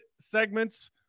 segments